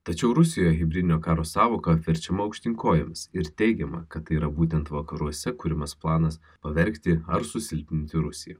tačiau rusijoj hibridinio karo sąvoka apverčiama aukštyn kojomis ir teigiama kad tai yra būtent vakaruose kuriamas planas pavergti ar susilpninti rusiją